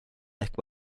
ehk